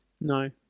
No